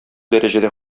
дәрәҗәдә